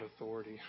authority